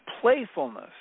playfulness